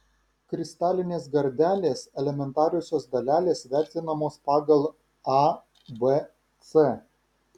kristalinės gardelės elementariosios dalelės vertinamos pagal a b c